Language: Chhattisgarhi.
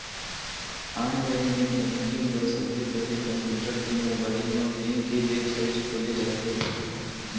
ऑनलाईन नेट बेंकिंग बर सबले पहिली कम्प्यूटर ते मोबाईल म बेंक के बेबसाइट खोले जाथे